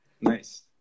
nice